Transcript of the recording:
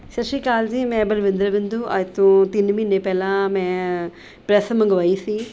ਸਤਿ ਸ਼੍ਰੀ ਅਕਾਲ ਜੀ ਮੈਂ ਬਲਵਿੰਦਰ ਬਿੰਦੂ ਅੱਜ ਤੋਂ ਤਿੰਨ ਮਹੀਨੇ ਪਹਿਲਾਂ ਮੈਂ ਪ੍ਰੈੱਸ ਮੰਗਵਾਈ ਸੀ